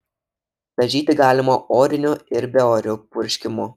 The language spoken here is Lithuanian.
dažyti galima oriniu ir beoriu purškimu